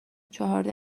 چهارده